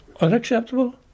unacceptable